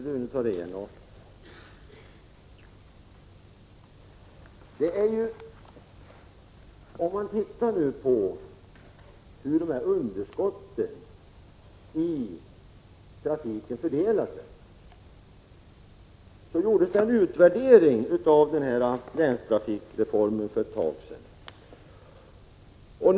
Herr talman! Låt oss titta på hur det här underskottet i trafiken fördelar sig, Rune Thorén. Det gjordes en utvärdering av länstrafikreformen för ett tag sedan.